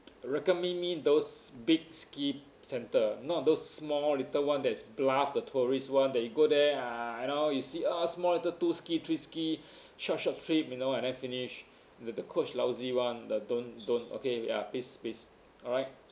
recommend me those big ski centre not those small little [one] that's bluff the tourist [one] that you go there ah you know you see ah small little two ski three ski short short trip you know and then finish the the coach lousy [one] the don't don't okay ya please please alright